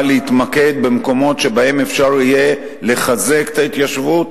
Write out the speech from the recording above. להתמקד במקומות שבהם אפשר יהיה לחזק את ההתיישבות,